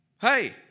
hey